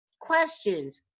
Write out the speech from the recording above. questions